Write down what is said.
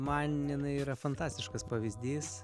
man jinai yra fantastiškas pavyzdys